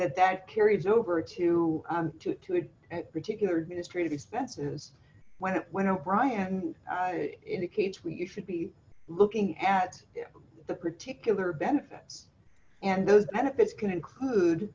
that that carries over to two to it and particular administrative expenses when it went to brian indicates we should be looking at the particular benefits and those benefits can include